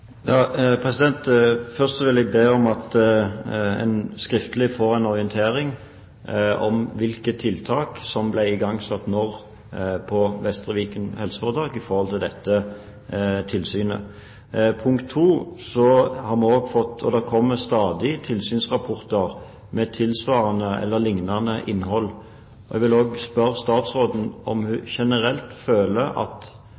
Først vil jeg be om at en skriftlig får en orientering om hvilke tiltak som ble igangsatt når på Vestre Viken helseforetak i forbindelse med dette tilsynet. Punkt to: Vi har også fått – og det kommer stadig – tilsynsrapporter med tilsvarende eller lignende innhold. Jeg vil også spørre statsråden om hun generelt har en oppfatning av at